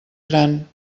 gran